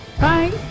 Bye